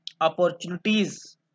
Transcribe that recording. Opportunities